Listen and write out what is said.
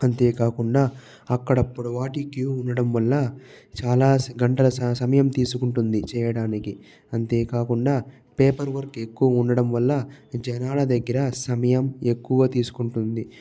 అంతేకాకుండా అక్కడ పొడవాటి క్యూ ఉండడం వల్ల చాలా గంటల స సమయం తీసుకుంటుంది చేయడానికి అంతేకాకుండా పేపర్ వర్క్ ఎక్కువ ఉండటం వలన జనాల దగ్గర సమయం ఎక్కువ తీసుకుంటుంది